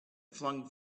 flung